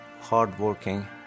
hardworking